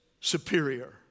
superior